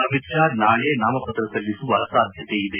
ಅಮಿತ್ ಶಾ ನಾಳೆ ನಾಮಪತ್ರ ಸಲ್ಲಿಸುವ ಸಾಧ್ಯತೆ ಇದೆ